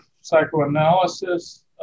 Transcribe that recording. psychoanalysis